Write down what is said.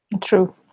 True